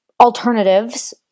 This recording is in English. alternatives